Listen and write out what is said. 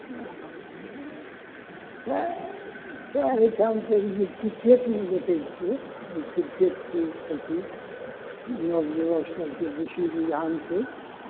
सएह एहिठाम क्रिकेटमे देखै छियै देखै छियै ई सभ चीज पर नव युवक सभके बेसी रुझान छै